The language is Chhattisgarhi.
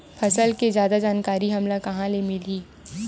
फसल के जादा जानकारी हमला कहां ले मिलही?